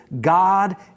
God